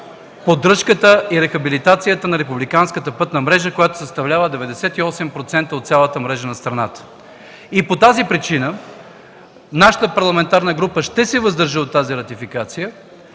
поддръжката и рехабилитацията на републиканската пътна мрежа, която съставлява 98% от цялата мрежа на страната. По тази причина нашата парламентарна група ще се въздържи от ратификацията,